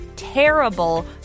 terrible